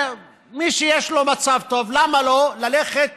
מי שיש לו מצב טוב, למה לו ללכת